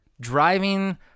driving